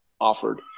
offered